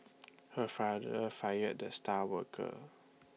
her father fired the star worker